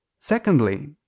secondly